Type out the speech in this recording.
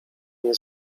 nie